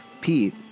Pete